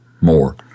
more